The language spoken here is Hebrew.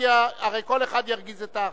הרי כל אחד ירגיז את האחר.